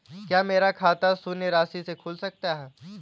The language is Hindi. क्या मेरा खाता शून्य राशि से खुल सकता है?